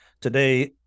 Today